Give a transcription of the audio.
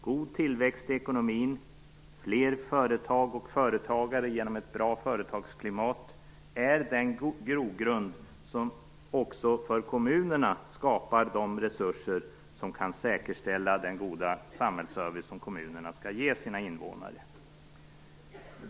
God tillväxt i ekonomin och fler företag och företagare genom ett bra företagsklimat är den grogrund som också för kommunerna skapar de resurser som kan säkerställa den goda samhällsservice som kommunerna skall ge sina invånare.